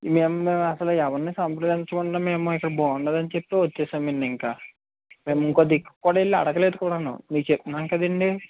మీయమ అసలు ఎవరిని సంప్రదించకుండా మేము ఇక్కడ బాగుంటదని చెప్పి వచ్చేశామండి ఇంక మేము ఇంకో దిక్కుకూడా వెళ్ళి అడగలేదు కూడాను ఇంకా మీకు చెప్పిన్నాం కదండీ